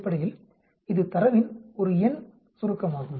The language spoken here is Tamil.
அடிப்படையில் இது தரவின் ஒரு எண் சுருக்கமாகும்